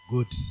Good